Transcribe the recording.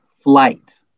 flight